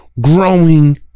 Growing